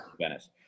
Venice